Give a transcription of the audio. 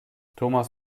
thomas